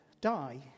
die